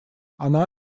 она